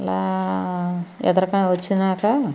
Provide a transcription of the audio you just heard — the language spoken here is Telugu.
అలా ఎదురుగా వచ్చినాక